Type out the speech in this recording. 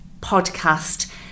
podcast